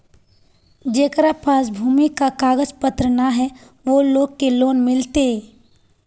जेकरा पास भूमि का कागज पत्र न है वो लोग के लोन मिलते?